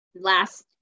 last